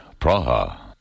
Praha